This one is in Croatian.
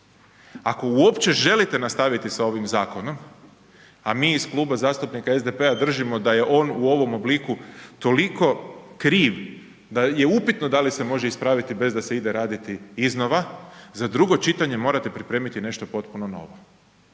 Ako uopće želite nastaviti sa ovim zakonom, a mi iz Kluba zastupnika SDP-a držimo da je on u ovom obliku toliko kriv da je upitno da li se može ispraviti bez da se ide raditi iznova, za drugo čitanje morate pripremiti nešto potpuno novo.